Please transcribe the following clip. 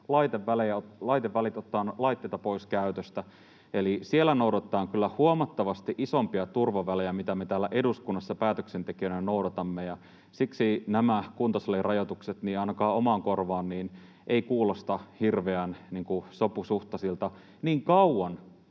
laitevälejä, otetaan laitteita pois käytöstä, eli siellä noudatetaan kyllä huomattavasti isompia turvavälejä kuin me täällä eduskunnassa päätöksentekijöinä noudatamme. Ja siksi nämä kuntosalirajoitukset ainakaan omaan korvaan eivät kuulosta hirveän sopusuhtaisilta niin kauan